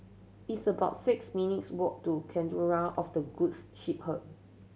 it's about six minutes' walk to Cathedral of the Goods Shepherd